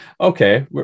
okay